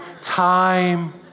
time